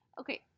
Okay